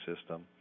system